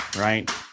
right